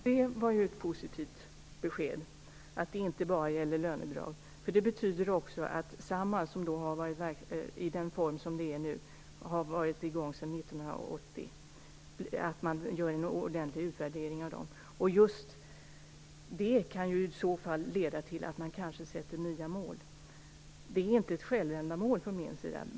Herr talman! Det var ett positivt besked att det inte bara gäller lönebidrag. Det betyder att Samhall i den form det nu har, och som har varit i gång sedan 1980, kommer att utvärderas ordentligt. Just det kan i så fall leda till att man kanske sätter nya mål. Det är inte ett självändamål från min sida.